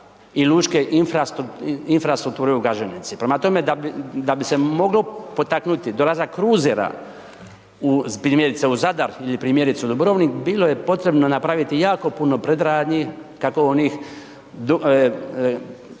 i lučke infrastrukture u Gaženici. Prema tome, da bi se moglo potaknuti dolazak kruzera u primjerice u Zadar ili primjerice u Dubrovnik, bilo je potrebno napraviti jako puno predradnji, kako onih